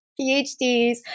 PhDs